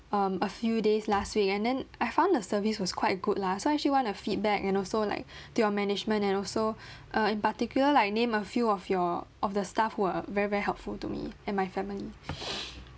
um a few days last week and then I found the service was quite good lah so I actually want to feedback and also like to your management and also uh in particular like name a few of your of the staff who were very very helpful to me and my family